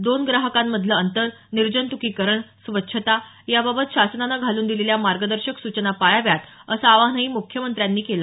दोन ग्राहकांमधलं अंतर निर्जंत्कीकरण स्वच्छता याबाबत शासनानं घालून दिलेल्या मार्गदर्शन सूचना पाळाव्यात अस आवाहनही त्यांनी यावेळी केलं